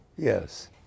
Yes